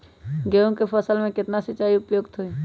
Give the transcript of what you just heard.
गेंहू के फसल में केतना सिंचाई उपयुक्त हाइ?